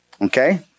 okay